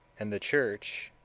and the church